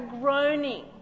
groaning